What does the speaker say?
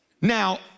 Now